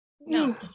no